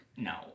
No